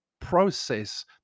process